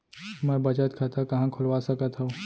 मै बचत खाता कहाँ खोलवा सकत हव?